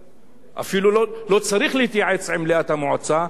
ואפילו הוא לא צריך להתייעץ עם מליאת המועצה,